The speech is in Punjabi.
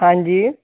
ਹਾਂਜੀ